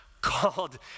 called